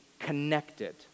connected